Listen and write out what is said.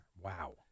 Wow